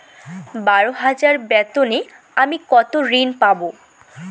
বারো হাজার বেতনে আমি কত ঋন পাব?